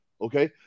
okay